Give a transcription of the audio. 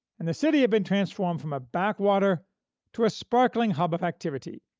and the city had been transformed from a backwater to a sparkling hub of activity,